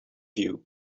you